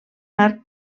arc